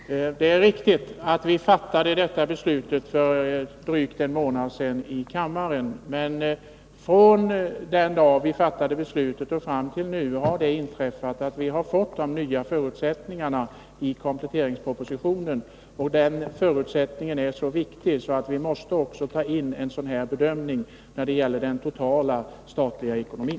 Herr talman! Det är riktigt att riksdagen fattade det beslutet för drygt en månad sedan. Sedan dess har emellertid det nya inträffat att det har skapats nya förutsättningar, vilka framgår av kompletteringspropositionen. Dessa förutsättningar är så viktiga att vi måste göra den bedömning som vi nu har gjort när det gäller den statliga ekonomin.